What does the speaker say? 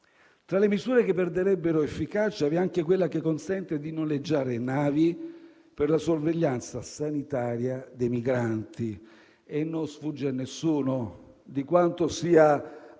Tra le misure che perderebbero efficacia vi è anche quella che consente di noleggiare navi per la sorveglianza sanitaria dei migranti e non sfugge a nessuno quanto sia attuale